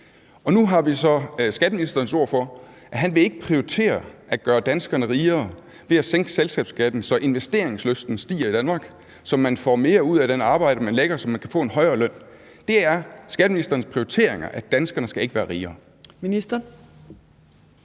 nu har vi så skatteministerens ord for, at han ikke vil prioritere at gøre danskerne rigere ved at sænke selskabsskatten, så investeringslysten stiger i Danmark, så man får mere ud af det arbejde, som man gør, så man kan få en højere løn. Det er skatteministerens prioriteringer, at danskerne ikke skal være rigere. Kl.